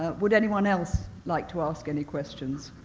ah would anyone else like to ask any questions?